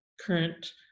current